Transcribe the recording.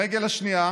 הרגל השנייה